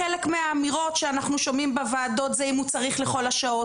חלק מהאמירות שאנחנו שומעים בוועדות זה שאם הוא צריך לכל השעות,